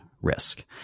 risk